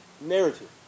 narrative